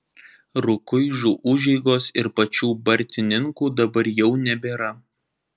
rukuižų užeigos ir pačių bartininkų dabar jau nebėra